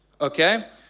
Okay